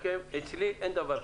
אצלי אין דבר כזה.